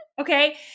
Okay